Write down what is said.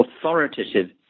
authoritative